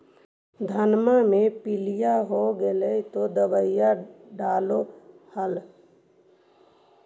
धनमा मे पीलिया हो गेल तो दबैया डालो हल?